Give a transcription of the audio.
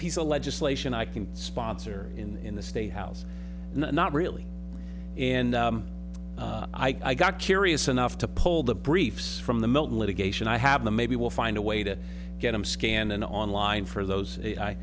piece of legislation i can sponsor in the statehouse not really and i got curious enough to pull the briefs from the mill litigation i have the maybe we'll find a way to get them scanned and online for those i